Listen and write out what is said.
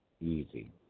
easy